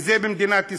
וזה במדינת ישראל.